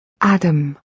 Adam